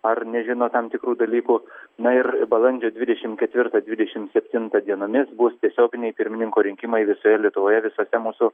ar nežino tam tikrų dalykų na ir balandžio dvidešimt ketvirtą dvidešimt septintą dienomis bus tiesioginiai pirmininko rinkimai visoje lietuvoje visose mūsų